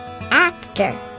Actor